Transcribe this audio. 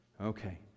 Okay